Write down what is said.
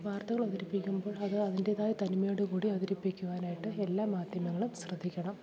വാർത്തകളവതരിപ്പിക്കുമ്പോൾ അത് അതിൻറ്റേതായ തനിമയോടുകൂടി അവതരിപ്പിക്കുവാനായിട്ട് എല്ലാ മാധ്യമങ്ങളും ശ്രദ്ധിക്കണം